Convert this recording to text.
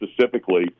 specifically